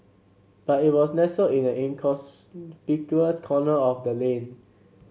but it was nestled in an inconspicuous corner of the lane